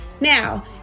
Now